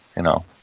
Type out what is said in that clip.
you know?